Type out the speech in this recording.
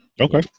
Okay